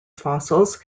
fossils